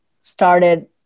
started